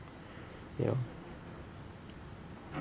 ya